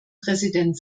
präsident